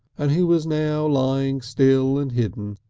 and who was now lying still and hidden,